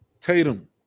Tatum